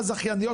הזכייניות,